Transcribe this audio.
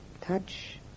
Touch